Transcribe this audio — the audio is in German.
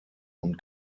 und